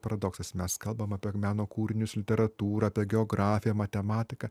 paradoksas mes kalbam apie meno kūrinius literatūrą apie geografiją matematiką